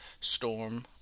Storm